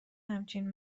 همچین